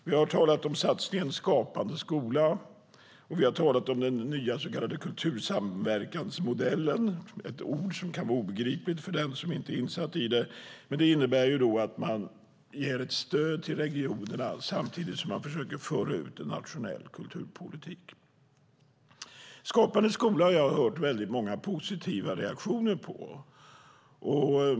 Vi har talat om satsningen Skapande skola. Och vi har talat om den nya så kallade kultursamverkansmodellen. Det är ett ord som kan vara obegripligt för den som inte är insatt i det. Men det innebär att man ger ett stöd till regionerna samtidigt som man försöker föra ut en nationell kulturpolitik. Skapande skola har jag hört väldigt många positiva reaktioner på.